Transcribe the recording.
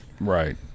Right